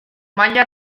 maila